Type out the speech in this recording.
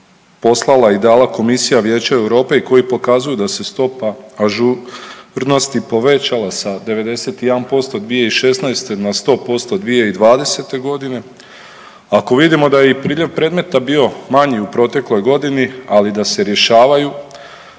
poslala i dala Komisija Vijeća Europe i koji pokazuju da se stopa ažurnosti povećala sa 91% 2016. na 100% 2020. godine, ako vidimo da je i priljev predmeta bio manji u protekloj godini, ali da se rješavaju,